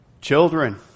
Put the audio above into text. Children